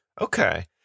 okay